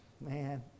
Man